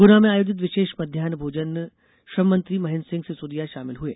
गुना में आयोजित विशेष मध्यान्ह भोजन में श्रम मंत्री महेन्द्र सिंह सिसौदिया शामिल हुए